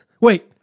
Wait